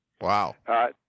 Wow